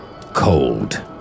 cold